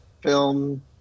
Film